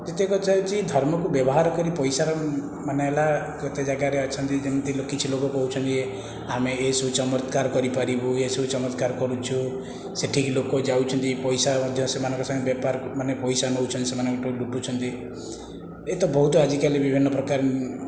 ଦ୍ୱିତୀୟ କଥା ହେଉଛି ଧର୍ମକୁ ବ୍ୟବହାର କରି ପଇସାରମାନେ ହେଲା କେତେ ଯାଗାରେ ଅଛନ୍ତି ଯେମିତି କିଛି ଲୋକ କହୁଛନ୍ତି ଆମେ ଏସବୁ ଚମତ୍କାର କରି ପାରିବୁ ଏସବୁ ଚମତ୍କାର କରୁଛୁ ସେଠିକି ଲୋକ ଯାଉଛନ୍ତି ପଇସା ମଧ୍ୟ ସେମାନଙ୍କ ସାଙ୍ଗେ ବେପାର ମାନେ ପଇସା ନେଉଚନ୍ତି ସେମାନଙ୍କଠୁ ଲୁଟୁଛନ୍ତି ଏଇତ ବହୁତ ଆଜିକାଲି ବିଭିନ୍ନ ପ୍ରକାର